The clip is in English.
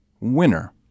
winner